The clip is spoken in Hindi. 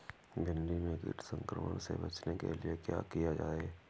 भिंडी में कीट संक्रमण से बचाने के लिए क्या किया जाए?